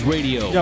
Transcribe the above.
Radio